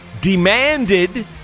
demanded